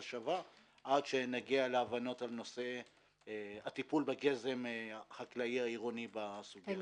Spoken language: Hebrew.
שווה עד שנגיע להבנות בנושא הטיפול בגזם החקלאי העירוני בסוגיה.